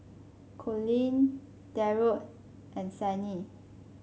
Collin Darold and Sannie